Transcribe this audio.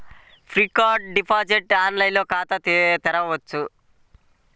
Fixed deposit online ఖాతా తెరువవచ్చా?